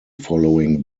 following